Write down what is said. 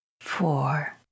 four